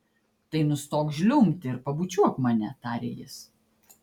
tai nustok žliumbti ir pabučiuok mane tarė jis